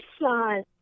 son